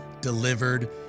delivered